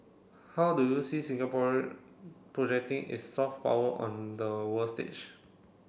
how do you see Singapore projecting its soft power on the world stage